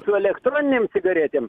su elektroninėm cigaretėm